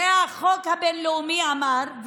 את זה החוק הבין-לאומי אמר,